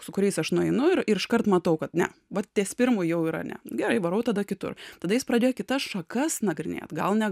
su kuriais aš nueinu ir iškart matau kad ne bet ties pirmu jau yra ne gerai varau tada kitur tada jis pradėjo kitas šakas nagrinėti gal ne